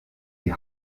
die